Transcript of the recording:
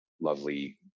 lovely